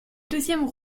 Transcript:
deuxième